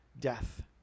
death